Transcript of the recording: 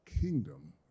kingdom